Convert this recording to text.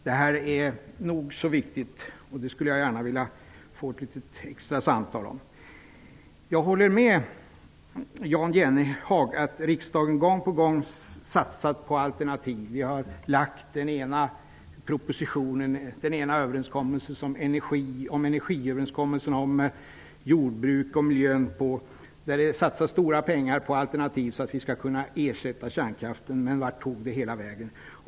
Detta är nog så viktigt, och det skulle jag vilja få ett litet extra samtal om. Jag håller med Jan Jennehag om att riksdagen gång på gång har satsat på alternativ. Vi gjort den ena överenskommelsen efter den andra: om energi, jordbruk och miljö. Det har satsats stora pengar på alternativ för att vi skall kunna ersätta kärnkraften, men vart tog det hela vägen?